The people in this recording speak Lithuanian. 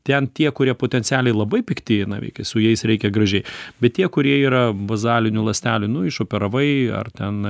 ten tie kurie potencialiai labai pikti navikai su jais reikia gražiai bet tie kurie yra bazalinių ląstelių nu išoperavai ar ten